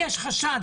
יש לי חשד,